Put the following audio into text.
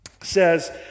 says